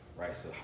Right